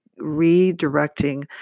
redirecting